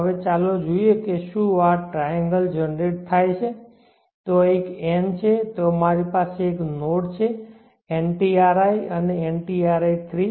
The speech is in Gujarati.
હવે ચાલો જોઈએ કે શું આ ટ્રાયેન્ગલ જનરેટ થયેલ છે ત્યાં એક n છે ત્યાં મારી પાસે એક નોડ છે ntri અને ntri3